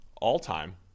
all-time